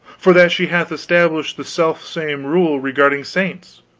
for that she hath established the self-same rule regarding saints.